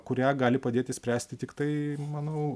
kurią gali padėti išspręsti tiktai manau